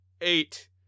eight